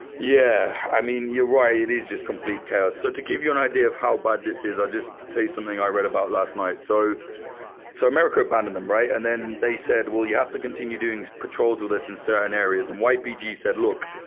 yeah, i mean, you're right, it is just complete chaos. so to give you an idea of how bad this is, i'll just to tell you something i read about last night, so so america abandoned them, right? and then they said, well you have to continue doing patrols with this in certain areas. and ypg said, look,